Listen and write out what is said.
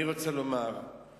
אז אני רק רוצה לומר שהממשלה,